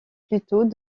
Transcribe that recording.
plutôt